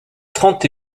trente